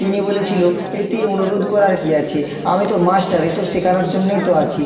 তিনি বলেছিল এতে অনুরোধ করার কী আছে আমি তো মাস্টার এ সব শেখানোর জন্যই তো আছি